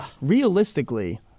Realistically